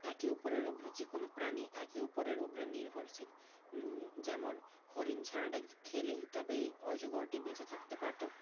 একে অপরের উপরে যে কোনো প্রাণী একে অপরের উপরে নির্ভরশীল যেমন হরিণ ছানাটাকে খেলে তবে অজগরটি বেঁচে থাকতে পারত